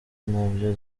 ntabyo